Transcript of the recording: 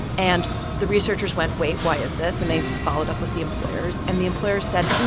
and the researchers went, wait, why is this? and they followed up with the employers. and the employers said,